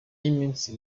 y’iminsi